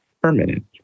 permanent